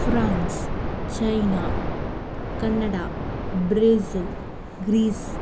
France China Canada Brazil Greece